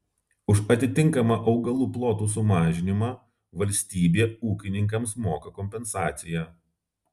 už atitinkamą augalų plotų sumažinimą valstybė ūkininkams moka kompensaciją